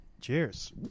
Cheers